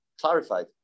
clarified